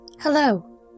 Hello